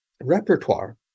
repertoire